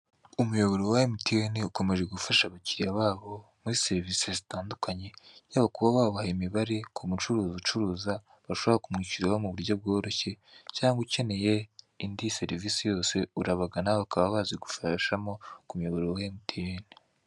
Umuyoboro wa emutiyene ukomeje gufasha abakiriya babo muri serivise zitandukanye, yaba kuba wabaha imibare ku mucuruzi ucuruza, bashobora kumwishyuraho mu buryo bworoshye, cyangwa ukeneye indi serivise yose, urabagana bakaba bazigufashamo, ku muyoboro wa emutiyene.